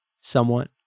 somewhat